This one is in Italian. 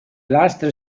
lastre